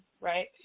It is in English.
right